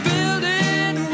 Building